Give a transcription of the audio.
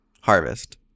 harvest